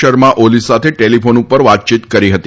શર્મા ઓલી સાથે ટેલિફોન ઉપર વાતચીત કરી હતી